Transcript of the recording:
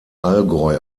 allgäu